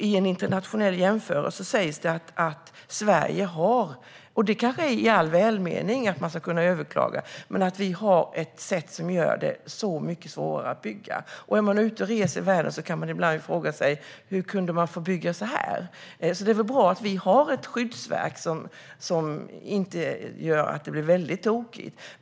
I en internationell jämförelse sägs det att Sverige har en ordning - och det är kanske i all välmening att man ska kunna överklaga - som gör det så mycket svårare att bygga. När man är ute och reser i världen kan man ibland fråga sig hur de kan bygga på ett visst sätt, så det är bra att det finns ett skyddsverk som gör att det inte blir mycket tokigt.